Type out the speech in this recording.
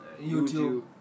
YouTube